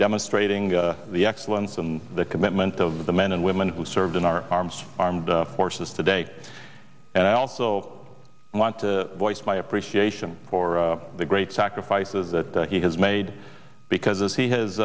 demonstrating the excellence and the commitment of the men and women who served in our arms armed forces today and i also want to voice my appreciation for the great sacrifices that he has made because as he has